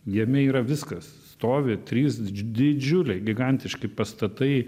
jame yra viskas stovi trys didžiuliai gigantiški pastatai